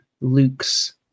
Luke's